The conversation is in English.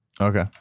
Okay